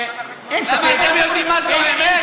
אין ספק, למה, אתם יודעים מה זו האמת?